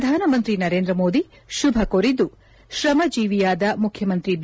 ಪ್ರಧಾನಮಂತ್ರಿ ನರೇಂದ್ರ ಮೋದಿ ಶುಭ ಕೋರಿದ್ದು ಶ್ರಮಜೀವಿ ಯಾದ ಮುಖ್ಯಮಂತ್ರಿ ಬಿ